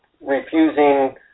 refusing